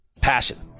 Passion